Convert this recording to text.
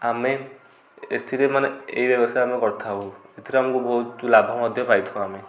ଆମେ ଏଥିରେ ମାନେ ଏଇ ବ୍ୟବସାୟ ଆମେ କରିଥାଉ ଏଥିରେ ଆମକୁ ବହୁତ ଲାଭ ମଧ୍ୟ ପାଇଥାଉ ଆମେ